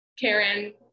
Karen